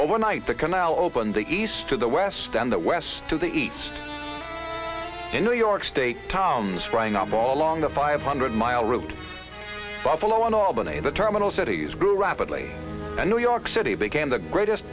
overnight the canal opened the east to the west and the west to the east in new york state towns rang up all along the five hundred mile route buffalo in albany the terminal cities grew rapidly and new york city began the greatest